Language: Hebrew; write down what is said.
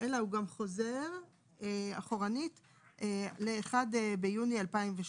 אלא הוא גם חוזר אחורנית ל-1 ביוני 2012,